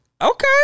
Okay